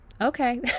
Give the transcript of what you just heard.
okay